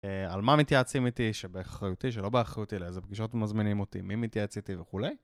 על מה מתייעצים איתי, שבאחריותי, שלא באחריותי לאיזה פגישות מזמינים אותי, מי מתייעץ איתי וכולי.